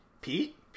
Pete